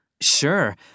Sure